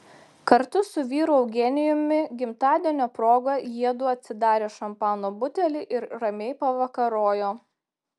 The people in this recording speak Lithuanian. kartu su vyru eugenijumi gimtadienio proga jiedu atsidarė šampano butelį ir ramiai pavakarojo